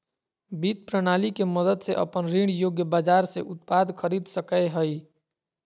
वित्त प्रणाली के मदद से अपन ऋण योग्य बाजार से उत्पाद खरीद सकेय हइ